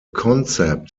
concept